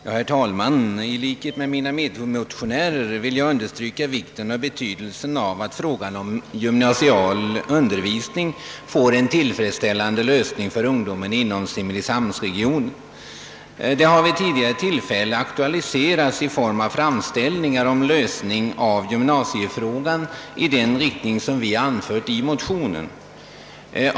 Herr talman! I likhet med mina medmotionärer vill jag understryka vikten och betydelsen: av att frågan om gymnasial undervisning får en tillfredsställande lösning för ungdomen i simrishamnsregionen. Det kravet har tidi gare aktualiserats i form av framställningar om en lösning av gymnasiefrågan i den riktning vi angivit i motionen.